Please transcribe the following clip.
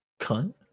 Cunt